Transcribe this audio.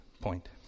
point